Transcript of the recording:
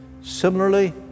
Similarly